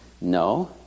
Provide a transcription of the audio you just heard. No